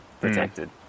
protected